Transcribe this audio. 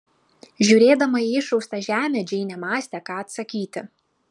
žiūrėdama į išraustą žemę džeinė mąstė ką atsakyti